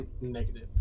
Negative